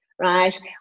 Right